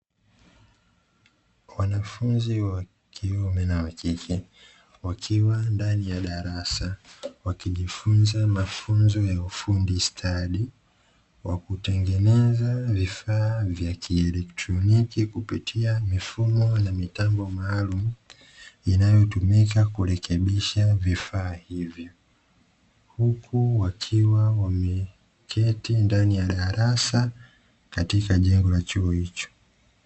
Wanafunzi wa kiume na wa kike wakiwa ndani darasa wakijifunza mafunzo ya ufundi stadi wa kutengeneza vifaa vya kielektroniki kupitia mifumo bet ndani ya darasa katika jengo la chuo hicho